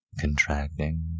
contracting